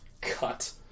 cut